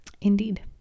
Indeed